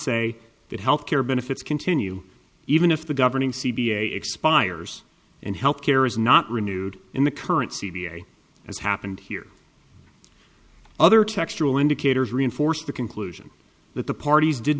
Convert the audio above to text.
say that healthcare benefits continue even if the governing c b a expires and health care is not renewed in the current c v a as happened here other textural indicators reinforced the conclusion that the parties did